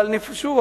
אבל שוב,